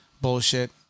bullshit